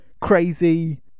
crazy